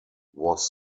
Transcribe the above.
was